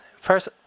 First